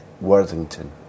Worthington